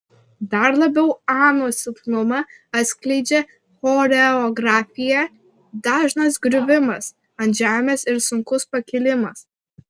dar labiau anos silpnumą atskleidžia choreografija dažnas griuvimas ant žemės ir sunkus pakilimas